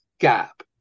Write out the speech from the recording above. gap